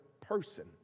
person